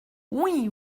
oui